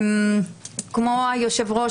כמו היו"ר,